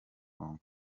congo